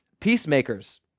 peacemakers